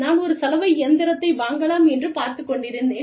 நான் ஒரு சலவை இயந்திரத்தை வாங்கலாம் என்று பார்த்துக் கொண்டிருந்தேன்